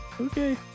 Okay